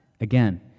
Again